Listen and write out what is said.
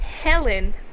Helen